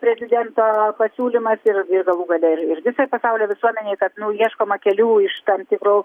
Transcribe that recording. prezidento pasiūlymas ir ir galų gale ir ir visai pasaulio visuomenei kad nu ieškoma kelių iš tam tikrų